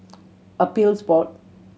Appeals Board